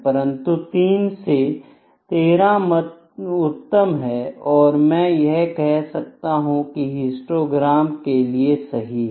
परंतु 3 से 13 उत्तम है या मैं यह कह सकता हूं की हिस्टोग्राम के लिए सही है